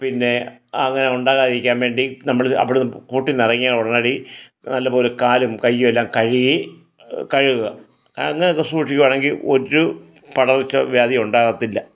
പിന്നെ അങ്ങനെ ഉണ്ടാകാതെ ഇരിക്കാൻ വേണ്ടി നമ്മൾ അവിടുന്ന് കൂട്ടിൽ നിന്ന് ഇറങ്ങിയാൽ ഉടനടി നല്ലപോലെ കാലും കൈയ്യും എല്ലാം കഴുകി കഴുകുക അങ്ങനെയൊക്കെ സൂക്ഷിക്കുവാണെങ്കിൽ ഒര് പടർച്ച വ്യാധിയും ഉണ്ടാകത്തില്ല